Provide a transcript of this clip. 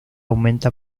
aumenta